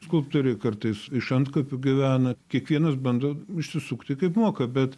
skulptoriai kartais iš antkapių gyvena kiekvienas bando išsisukti kaip moka bet